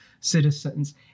citizens